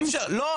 לא,